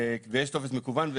ויש טופס מקוון.